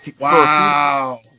Wow